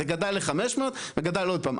זה גדל ל-500 וזה גדל עוד פעם.